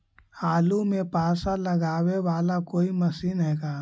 आलू मे पासा लगाबे बाला कोइ मशीन है का?